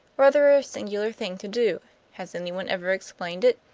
rather a singular thing to do has anyone ever explained it?